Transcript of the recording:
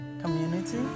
community